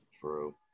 True